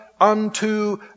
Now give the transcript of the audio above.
unto